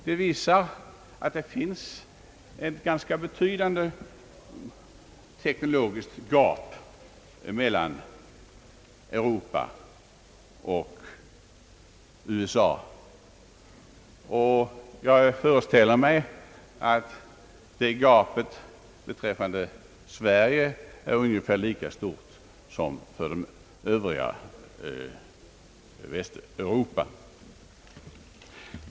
Detta visar att det föreligger ett ganska betydande teknologiskt gap mellan Europa och USA. Jag föreställer mig att gapet beträffande Sverige är ungefär lika stort som för det övriga Västeuropa.